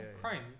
Crime